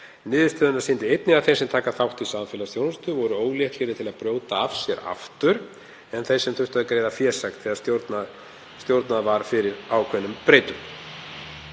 Niðurstöðurnar sýndu einnig að þeir sem taka þátt í samfélagsþjónustu voru ólíklegri til að brjóta af sér aftur en þeir sem þurftu að greiða fésekt þegar stjórnað var fyrir ákveðnum breytum,